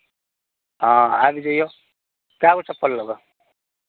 हँ आबि जैऔ कए गो चप्पल लेबै